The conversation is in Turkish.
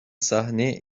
sahneye